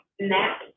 Nap